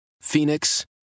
Phoenix